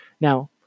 Now